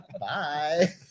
bye